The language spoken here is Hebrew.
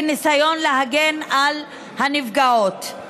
בניסיון להגן על הנפגעות.